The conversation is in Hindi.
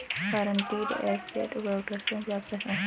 गारंटीड एसेट प्रोटेक्शन से आप क्या समझते हैं?